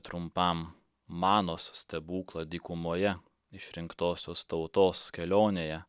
trumpam manos stebuklą dykumoje išrinktosios tautos kelionėje